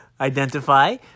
identify